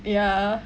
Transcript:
ya